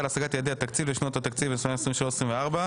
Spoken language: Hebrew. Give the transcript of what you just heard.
להשגת יעדי התקציב לשנות התקציב 2023 ו-2024),